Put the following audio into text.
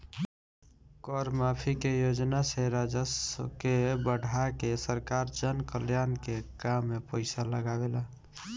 कर माफी के योजना से राजस्व के बढ़ा के सरकार जनकल्याण के काम में पईसा लागावेला